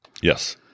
Yes